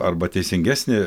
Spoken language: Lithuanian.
arba teisingesnį